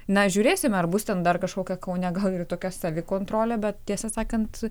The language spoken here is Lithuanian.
na žiūrėsime ar bus ten dar kažkokia kaune gal tokia savikontrolė bet tiesą sakant